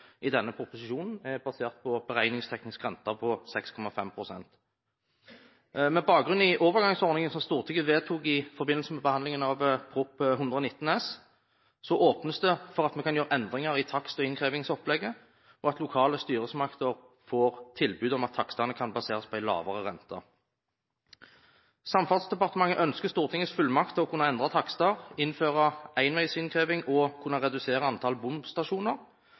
i denne proposisjonen er basert på en beregningsteknisk rente på 6,5 pst. Med bakgrunn i overgangsordningen som Stortinget vedtok i forbindelse med behandlingen av Prop. 119 S for 2013–2014, åpnes det for at vi kan gjøre endringer i takst- og innkrevingsopplegget, og at lokale styresmakter får tilbud om at takstene kan baseres på en lavere rente. Samferdselsdepartementet ønsker Stortingets fullmakt til å kunne endre takster, innføre enveisinnkreving og kunne redusere antall bomstasjoner